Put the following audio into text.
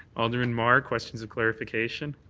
alderman mar, questions of clarification.